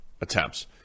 attempts